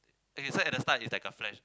okay at the start is like a flash